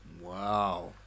Wow